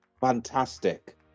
fantastic